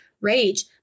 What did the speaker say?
rage